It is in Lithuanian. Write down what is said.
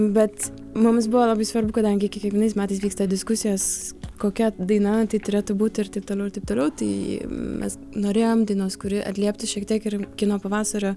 bet mums buvo labai svarbu kadangi kiekvienais metais vyksta diskusijos kokia daina tai turėtų būti ir taip toliau ir taip toliau tai mes norėjom dainos kuri atlieptų šiek tiek ir kino pavasario